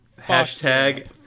hashtag